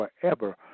forever